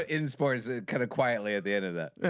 in sports it kind of quietly at the end of that.